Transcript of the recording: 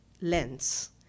lens